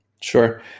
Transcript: Sure